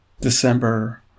December